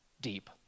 Deep